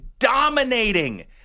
dominating